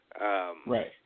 Right